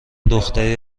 دختری